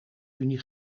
unie